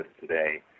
today